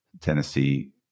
Tennessee